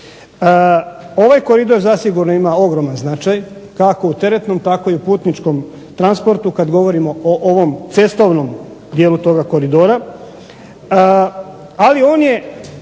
Ovaj koridor zasigurno ima ogroman značaj, kako u teretnom tako i u putničkom transportu, kad govorimo o ovom cestovnom dijelu toga koridora,